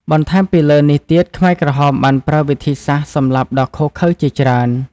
បន្ថែមពីលើនេះទៀតខ្មែរក្រហមបានប្រើវិធីសាស្ត្រសម្លាប់ដ៏ឃោរឃៅជាច្រើន។